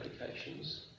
applications